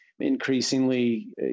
increasingly